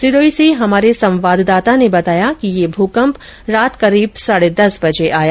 सिरोही से हमारे संवाददाता ने बताया कि ये भूकंप रात करीब साढ़े दस बजे आया